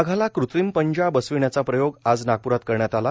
वाघाला कुत्रिम पंजा बसविण्याचा प्रयोग आज नागपुरात करण्यात आला